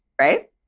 right